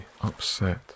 upset